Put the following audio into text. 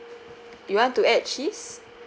you want to add cheese